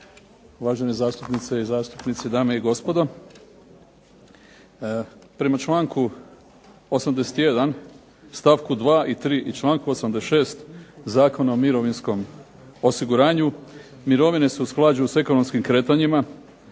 uvažene zastupnice i zastupnici, dame i gospodo. Prema članku 81. stavku 2. i 3. i članku 86. Zakona o mirovinskom osiguranju mirovine se usklađuju s ekonomskim kretanjima,